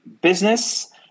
business